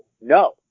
no